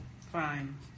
Fine